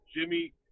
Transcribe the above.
Jimmy